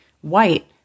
white